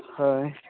ᱦᱳᱭ